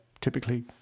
typically